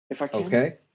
Okay